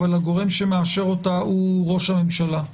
אבל הגורם שמאשר אותה הוא ראש הממשלה.